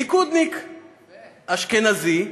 ליכודניק, אשכנזי,